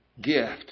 gift